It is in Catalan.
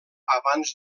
abans